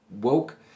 woke